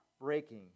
breaking